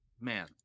man